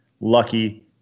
lucky